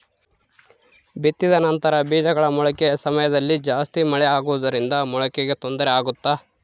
ಬಿತ್ತಿದ ನಂತರ ಬೇಜಗಳ ಮೊಳಕೆ ಸಮಯದಲ್ಲಿ ಜಾಸ್ತಿ ಮಳೆ ಆಗುವುದರಿಂದ ಮೊಳಕೆಗೆ ತೊಂದರೆ ಆಗುತ್ತಾ?